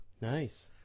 Nice